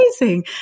Amazing